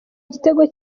igitego